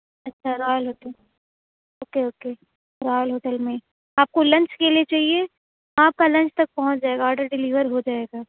اچھا Royal Hotel okay okay Royal Hotel میں آپ کو لنچ کے لیے چاہیے آپ کا لنچ تک پہنچ جائے گا آڈر ڈلیور ہو جائے گا